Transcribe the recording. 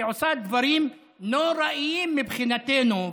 והיא עושה דברים נוראיים מבחינתנו.